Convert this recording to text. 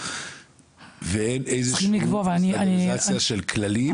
ואין איזושהי סטנדרטיזציה של כללים,